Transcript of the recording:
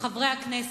חברי הכנסת,